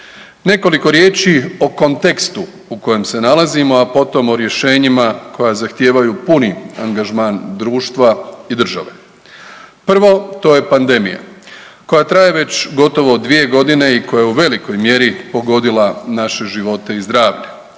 Nekoliko riječi o kontekstu u kojem se nalazimo, a potom o rješenjima koja zahtijevaju puni angažman društva i države. Prvo to je pandemija koja traje već gotovo 2 godine i koja je u velikoj mjeri pogodila naše živote i zdravlje.